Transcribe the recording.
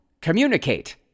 communicate